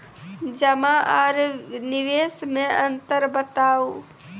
जमा आर निवेश मे अन्तर बताऊ?